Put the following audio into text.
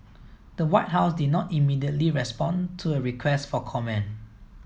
the White House did not immediately respond to a request for comment